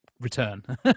return